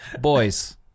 boys